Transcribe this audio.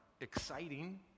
exciting